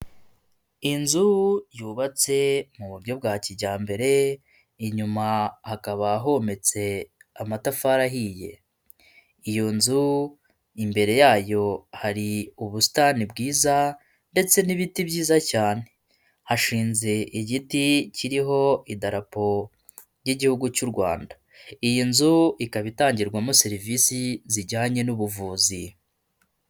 Inzu yubatse mu buryo bwa kijyambere, inyuma hakaba hometse amatafari ahiye, iyo nzu imbere yayo hari ubusitani bwiza ndetse n'ibiti byiza cyane, hashinze igiti kiriho idarapo ry'igihugu cy'u Rwanda. Iyi nzu ikaba itangirwamo serivisi zijyanye n'ubuvuzi.